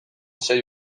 sei